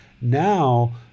now